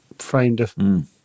Framed